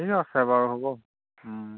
ঠিক আছে বাৰু হ'ব